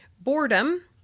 boredom